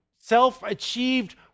self-achieved